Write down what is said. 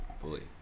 fully